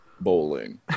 bowling